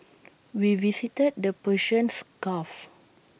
we visited the Persians gulf